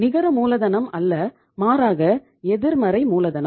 நிகர மூலதனம் அல்ல மாறாக எதிர்மறை மூலதனம்